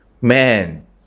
man